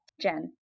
Jen